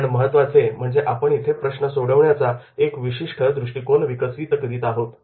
पण महत्त्वाचे म्हणजे आपण इथे प्रश्न सोडविण्याचा एक विशिष्ट दृष्टिकोन विकसित करीत आहोत